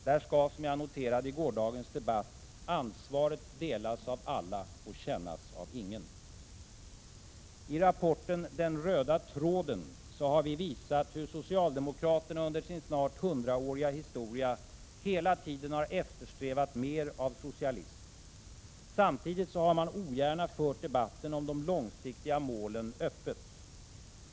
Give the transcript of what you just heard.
Där skall, som jag noterade i gårdagens debatt, ansvaret delas av alla och kännas av ingen. I rapporten Den röda tråden har vi visat hur socialdemokraterna under sin snart hundraåriga historia hela tiden eftersträvat mer av socialism. Samtidigt har man ogärna fört debatten om de långsiktiga målen öppet.